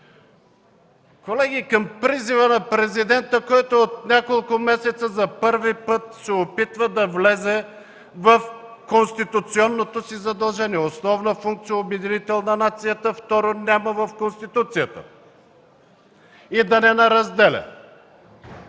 Колеги, за призива на президента, който от няколко месеца за първи път се опитва да влезе в конституционното си задължение, основна функция – обединител на нацията, втори няма в Конституцията, и да не ни разделя.